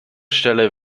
stelle